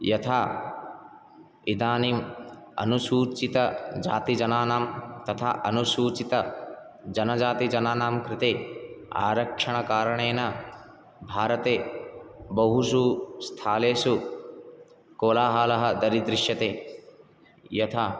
यथा इदानीम् अनुसूचितजातिजनानां तथा अनुसूचितजनजातिजनानां कृते आरक्षणकारणेन भारते बहुषु स्थलेषु कोलाहलः दरीदृश्यते यथा